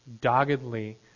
doggedly